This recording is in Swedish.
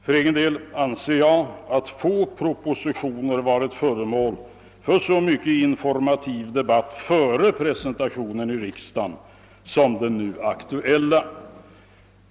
För egen del anser jag att få propositioner varit föremål för så mycken informativ debatt före presentationen i riksdagen som de nu aktuella.